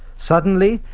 suddenly,